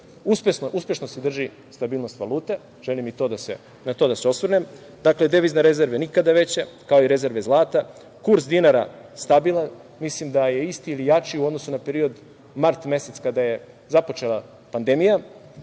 godinu. Uspešno se drži stabilnost valute. Želim i na to da se osvrnem. Dakle, devizne rezerve nikada veće, kao i rezerve zlata. Kurs dinara stabilan. Mislim da je isti ili jači u period mart mesec, kada je započela pandemija.